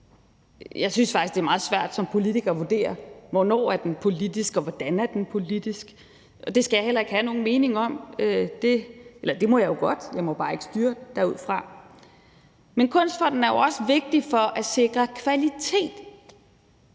Jeg synes faktisk, at det er meget svært som politiker at vurdere, hvornår kunsten er politisk, og hvordan den er politisk, og det skal jeg heller ikke have nogen mening om – eller det må jeg jo godt; jeg må bare ikke styre derudfra. Men Kunstfonden er jo også vigtig for at sikre kvalitet